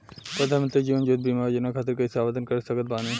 प्रधानमंत्री जीवन ज्योति बीमा योजना खातिर कैसे आवेदन कर सकत बानी?